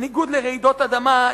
בניגוד לרעידות אדמה,